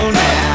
now